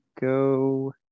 go